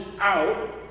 out